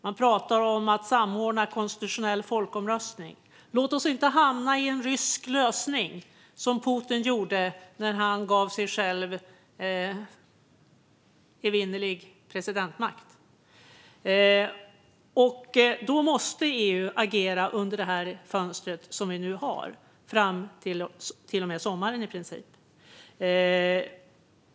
Man pratar om att samordna en konstitutionell folkomröstning. Låt oss inte hamna i en rysk lösning, som Putin gjorde när han gav sig själv evinnerlig presidentmakt. EU måste agera under det fönster som vi har nu, fram till sommaren i princip.